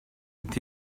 with